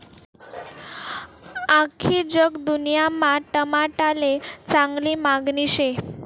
आख्खी जगदुन्यामा टमाटाले चांगली मांगनी शे